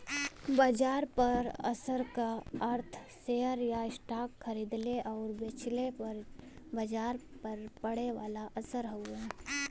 बाजार पर असर क अर्थ शेयर या स्टॉक खरीदले आउर बेचले पर बाजार पर पड़े वाला असर हउवे